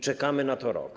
Czekamy na to rok.